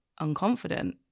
unconfident